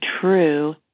true